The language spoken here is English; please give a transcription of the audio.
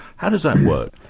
how does that work?